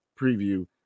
preview